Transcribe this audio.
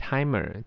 ，Timer